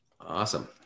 Awesome